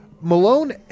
Malone